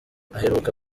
aheruka